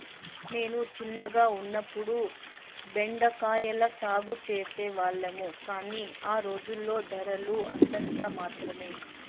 నేను చిన్నగా ఉన్నప్పుడు బెండ కాయల సాగు చేసే వాళ్లము, కానీ ఆ రోజుల్లో ధరలు అంతంత మాత్రమె